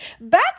Back